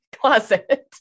closet